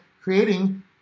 creating